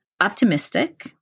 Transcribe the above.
optimistic